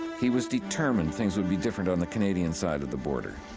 he was determined things would be different on the canadian side of the border.